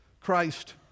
Christ